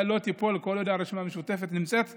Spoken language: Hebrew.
לא תיפול כל עוד הרשימה המשותפת נמצאת פה,